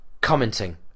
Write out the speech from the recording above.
commenting